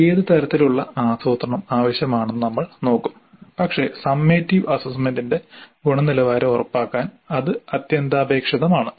ഏത് തരത്തിലുള്ള ആസൂത്രണം ആവശ്യമാണെന്ന് നമ്മൾ നോക്കും പക്ഷേ സമ്മേറ്റിവ് അസ്സസ്സ്മെന്റിന്റെ ഗുണനിലവാരം ഉറപ്പാക്കാൻ അത് അത്യന്താപേക്ഷിതമാണ്